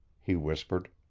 he whispered.